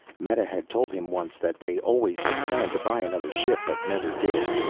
meta had told him once that they always had planned to buy another ship, but never did.